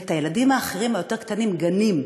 ואת הילדים האחרים, היותר-קטנים, גנים.